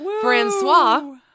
Francois